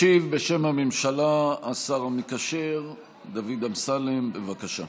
בשם הממשלה ישיב השר המקשר דוד אמסלם, בבקשה.